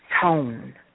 tone